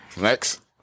Next